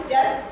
Yes